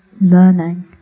learning